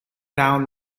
down